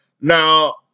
Now